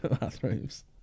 bathrooms